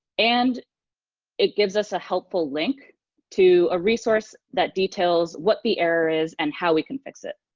and it gives us a helpful link to a resource that details what the error is, and how we can fix it.